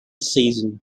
season